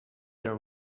there